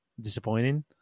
disappointing